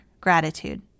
gratitude